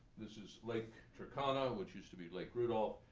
this is lake turkana, which used to be lake rudolf,